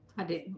i did.